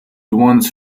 once